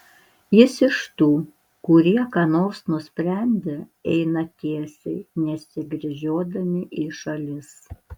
jis iš tų kurie ką nors nusprendę eina tiesiai nesigręžiodami į šalis